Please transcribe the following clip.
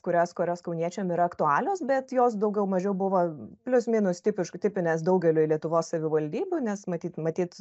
kurios kurios kauniečiam yra aktualios bet jos daugiau mažiau buvo plius minus tipišku tipinės daugeliui lietuvos savivaldybių nes matyt matyt